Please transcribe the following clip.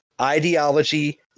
ideology